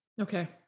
Okay